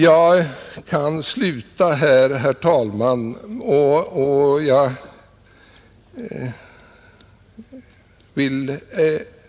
Jag kan sluta här, herr talman. Jag vill